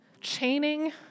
chaining